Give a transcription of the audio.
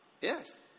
Yes